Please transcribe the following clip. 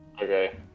Okay